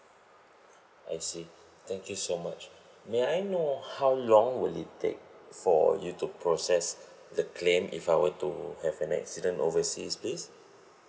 I see thank you so much may I know how long will it take for you to process the claim if I were to have an accident overseas please